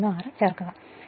36 ചേർക്കുക 2